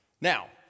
Now